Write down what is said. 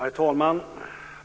Herr talman!